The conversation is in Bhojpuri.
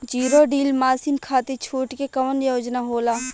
जीरो डील मासिन खाती छूट के कवन योजना होला?